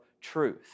truth